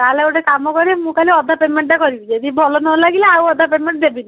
ତାହେଲେ ଗୋଟେ କାମ କରିବେ ମୁଁ କାଲି ତାହେଲେ ଅଧା ପ୍ୟାମେଣ୍ଟ୍ ଟା କରିବି ଯଦି ଭଲ ନ ଲାଗିଲା ଆଉ ଅଧା ପ୍ୟାମେଣ୍ଟ୍ ଦେବିନି